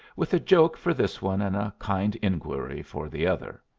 with a joke for this one and a kind inquiry for the other.